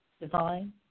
divine